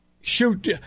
shoot